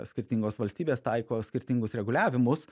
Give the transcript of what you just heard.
skirtingos valstybės taiko skirtingus reguliavimus